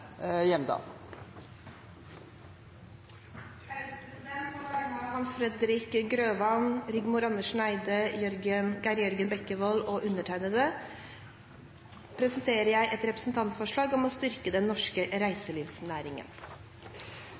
På vegne av Hans Fredrik Grøvan, Rigmor Andersen Eide, Geir Jørgen Bekkevold og undertegnede presenterer jeg et representantforslag om å styrke den norske reiselivsnæringen.